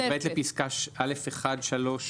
את מתכוונת לפסקה (א1)(3)